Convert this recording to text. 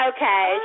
Okay